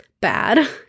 bad